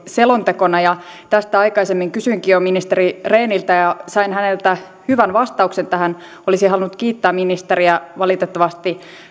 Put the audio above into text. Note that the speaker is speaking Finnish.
selontekona ja tästä aikaisemmin kysyinkin jo ministeri rehniltä ja sain häneltä hyvän vastauksen tähän olisin halunnut kiittää ministeriä valitettavasti